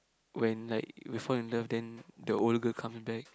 when like we fell in love then the old girl come back